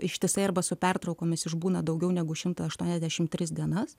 ištisai arba su pertraukomis išbūna daugiau negu šimtą aštuoniasdešim tris dienas